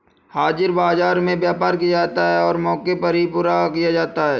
हाजिर बाजार में व्यापार किया जाता है और मौके पर ही पूरा किया जाता है